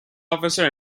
officer